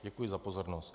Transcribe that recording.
Děkuji za pozornost.